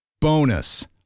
Bonus